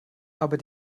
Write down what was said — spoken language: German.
aber